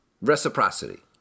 Reciprocity